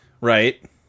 Right